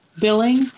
billing